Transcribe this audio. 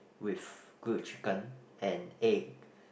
with grilled chicken and egg